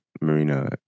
Marina